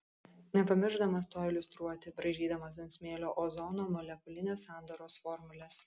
nepamiršdamas to iliustruoti braižydamas ant smėlio ozono molekulinės sandaros formules